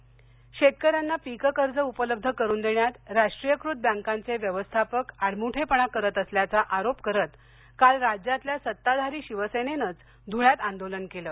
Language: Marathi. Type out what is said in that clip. आंदोलन शेतकऱ्याना पिक कर्ज उपलब्ध करुन देण्यात राष्ट्रीयकृत बँकांचे व्यवस्थापक आडमुठेपणा करीत असल्याचा आरोप करत काल राज्यातल्या सत्ताधारी शिवसेनेनंच धुळ्यात आंदोलन केलं